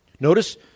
Notice